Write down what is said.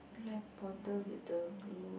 black bottle with the blue